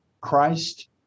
Christ